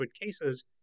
cases